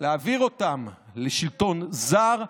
להעביר אותם לשלטון זר,